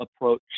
approach